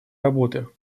работы